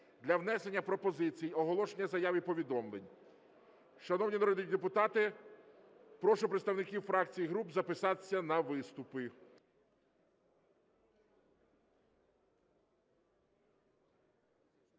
для внесення пропозицій, оголошення заяв і повідомлень. Шановні народні депутати, прошу представників фракцій і груп записатися на виступи.